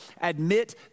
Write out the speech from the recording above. Admit